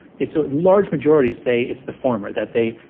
it's a large majority say it's the former, that they,